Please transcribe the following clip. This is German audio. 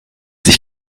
sich